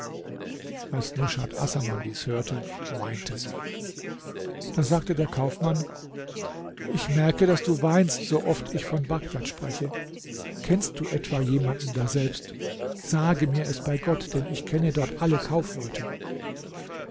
als nushat assaman dies hörte weinte sie da sagte der kaufmann ich merke daß du weinst so oft ich von bagdad spreche kennst du etwa jemanden daselbst sage mir es bei gott denn ich kenne dort alle kaufleute